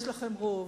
יש לכם רוב,